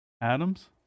Adams